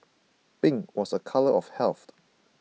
pink was a colour of health